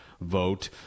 vote